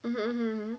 mmhmm mmhmm